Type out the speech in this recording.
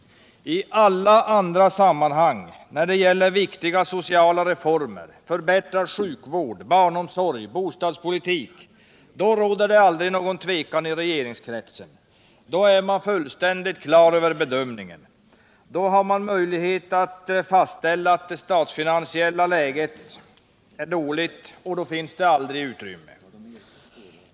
I alla andra sammanhang -— när det gäller viktiga sociala reformer, förbättrad sjukvård, barnomsorg, bostadspolitik — råder det aldrig någon tvekan i regeringskretsen. Då är man fullständigt klar över bedömningen. Då har man möjlighet att fastställa att det statsfinansiella läget är dåligt, och då finns det aldrig utrymme.